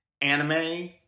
anime